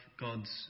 God's